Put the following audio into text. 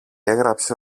έγραψε